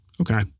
okay